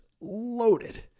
loaded